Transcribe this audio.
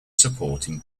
supporting